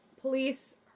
police